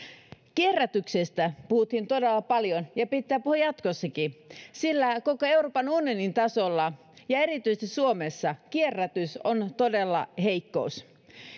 kierrätyksestä puhuttiin todella paljon ja pitää puhua jatkossakin sillä koko euroopan unionin tasolla ja erityisesti suomessa kierrätys on todella heikkous